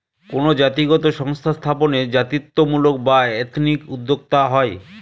কোনো জাতিগত সংস্থা স্থাপনে জাতিত্বমূলক বা এথনিক উদ্যোক্তা হয়